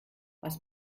was